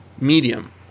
medium